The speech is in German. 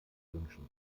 wünschen